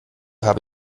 habe